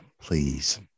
Please